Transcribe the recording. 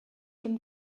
them